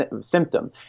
symptom